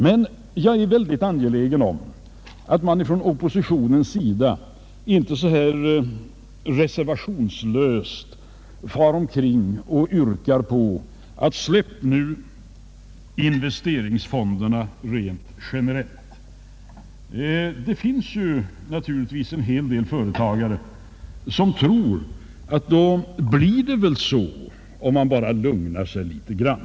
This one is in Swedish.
Men jag är mycket angelägen om att man från oppositionens sida inte så här reservationslöst far omkring och yrkar på att investeringsfonderna skall släppas rent generellt. Det finns naturligtvis en hel del företagare som tror att det blir så, om man bara lugnar sig litet grand.